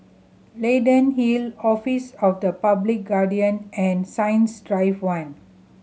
Leyden Hill Office of the Public Guardian and Science Drive One